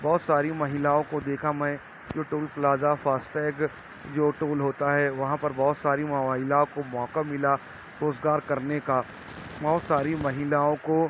بہت ساری مہیلاؤں کو دیکھا میں جو ٹول پلازہ فاسٹیگ جو ٹول ہوتا ہے وہاں پر بہت ساری مہیلا کو موقع ملا روزگار کرنے کا بہت ساری مہیلاؤں کو